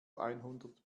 einhundert